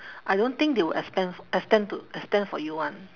I don't think they will expand extend to extend for you [one]